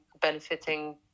benefiting